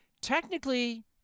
technically